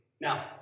Now